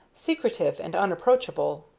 secretive and unapproachable,